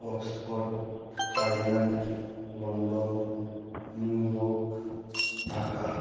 oxford Thailand London New York Dhaka